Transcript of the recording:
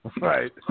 Right